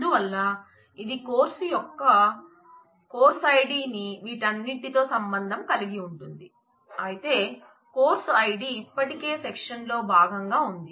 అందువల్ల ఇది కోర్సు యొక్క కోర్సు ఐడిని వీటన్నిటి తో సంబంధం కలిగి ఉంటుంది అయితే కోర్సు ఐడి ఇప్పటికే సెక్షన్ లో భాగంగా ఉంది